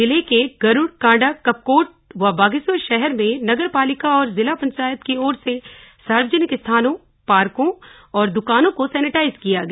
जिले के गरूड़ काण्डा कपकोट व बागेश्वर शहर में नगर पालिका और जिला पंचायत की ओर से सार्वजनिक स्थानों पार्कों और दुकानों को सेनेटाइज किया गया